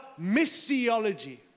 missiology